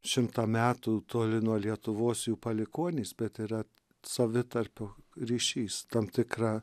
šimto metų toli nuo lietuvos jų palikuonys bet yra savitarpio ryšys tam tikra